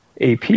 AP